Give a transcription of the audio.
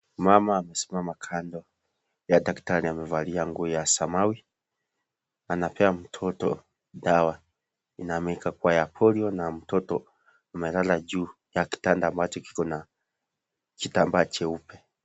Mama amesimama kando ya daktari amevalia nguo ya samawi, anapea mtoto dawa inaaminika kua ya polio na mtoto amelala juu ya kitanda ambacho kiko na kitambaa jeupe.